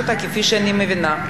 ופירשתי אותה כפי שאני מבינה,